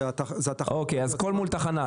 זה ממשק של התחנות עצמן.